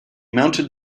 mounted